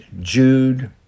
Jude